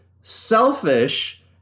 selfish